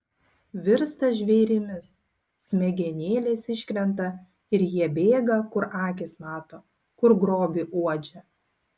virsta žvėrimis smegenėlės iškrenta ir jie bėga kur akys mato kur grobį uodžia